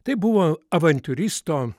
tai buvo avantiūristo